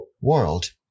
world